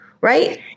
right